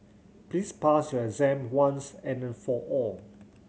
please pass your exam once and for all